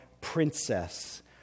princess